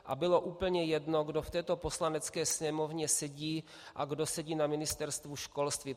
A bylo úplně jedno, kdo v této Poslanecké sněmovně sedí a kdo sedí na Ministerstvu školství.